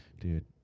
Dude